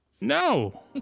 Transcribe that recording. No